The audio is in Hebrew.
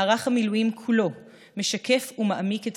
מערך המילואים כולו משקף ומעמיק את